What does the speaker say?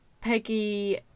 Peggy